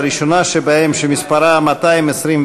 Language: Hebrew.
הראשונה שבהן, שמספרה 21,